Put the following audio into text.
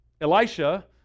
Elisha